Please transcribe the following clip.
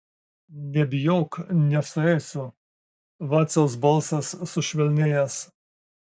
nebijok nesuėsiu vaciaus balsas sušvelnėjęs